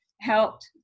helped